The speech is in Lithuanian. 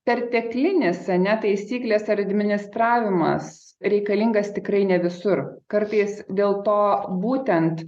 perteklinės ar ne taisyklės ar administravimas reikalingas tikrai ne visur kartais dėl to būtent